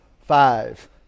five